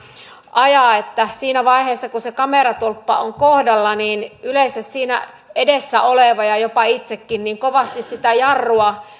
ajaa että siinä vaiheessa kun se kameratolppa on kohdalla yleensä siinä edessä oleva ja jopa itsekin kovasti sitä jarrua